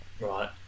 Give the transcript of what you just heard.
Right